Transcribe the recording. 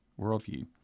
worldview